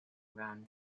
round